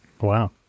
Wow